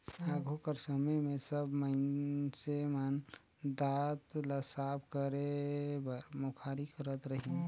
आघु कर समे मे सब मइनसे मन दात ल साफ करे बर मुखारी करत रहिन